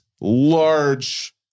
large